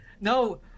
no